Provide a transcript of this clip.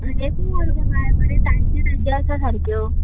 लेपो व्हर गो बाय बऱ्यो ताज्यो ताज्यो आसा सारक्यो